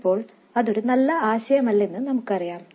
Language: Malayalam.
ഇപ്പോൾ അതൊരു നല്ല ആശയമല്ലെന്ന് നമുക്കറിയാം